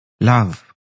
love